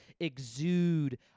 exude